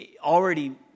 already